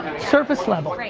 surface level,